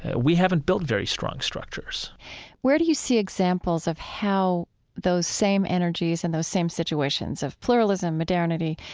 we haven't built very strong structures where do you see examples of how those same energies and those same situations of pluralism, modernity,